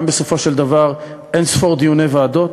בסופו של דבר היו אין-ספור דיוני ועדות,